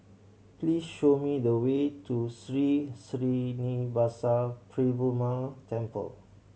please show me the way to Sri Srinivasa Perumal Temple